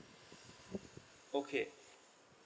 okay